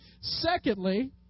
Secondly